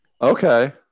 Okay